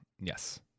yes